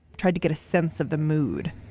tried to get a sense of the mood